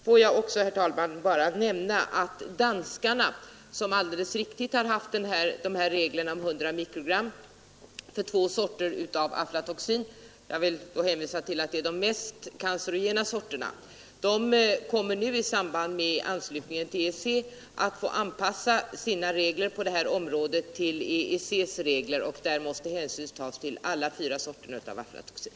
Får jag, herr talman, sedan bara nämna att danskarna som, det är alldeles riktigt, haft regler om 100 mikrogram för två sorter av aflatoxin de mest cancerogena sorterna — i samband med anslutningen till EEC kommer att få anpassa sina regler på detta område till EEC':s regler, enligt vilka hänsyn måste tas till alla fyra sorterna av aflatoxin.